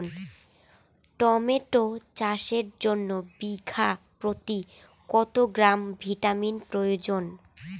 Tomato চাষের জন্য বিঘা প্রতি কত গ্রাম ভিটামিন প্রয়োজন?